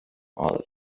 olive